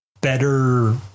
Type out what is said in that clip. better